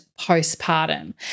postpartum